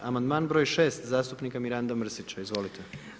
Amandman br. 6. zastupnika Miranda Mrsića, izvolite.